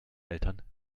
eltern